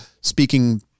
speaking